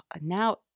now –